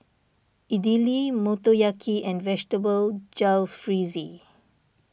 Idili Motoyaki and Vegetable Jalfrezi